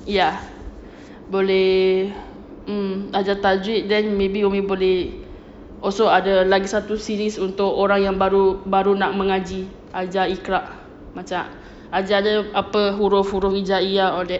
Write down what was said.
ya boleh mm ajar tajwid then maybe umi boleh also ada lagi satu series untuk orang yang baru baru nak mengaji ajar iqra macam ajar dia apa huruf huruf hijayyiyah all that